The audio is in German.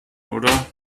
oder